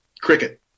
cricket